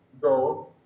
go